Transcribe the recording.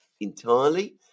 entirely